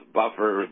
buffer